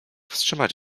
wstrzymać